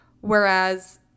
Whereas